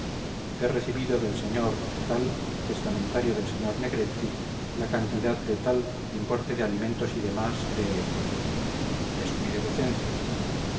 he recibido del sr tal testamentario del sr negretti la cantidad de tal importe de alimentos y demás de descuide vuecencia